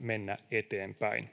mennä eteenpäin.